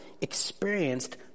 experienced